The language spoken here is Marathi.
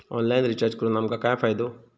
ऑनलाइन रिचार्ज करून आमका काय फायदो?